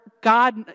God